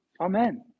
Amen